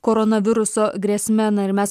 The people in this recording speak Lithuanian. koronaviruso grėsme na ir mes